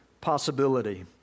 possibility